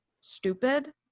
stupid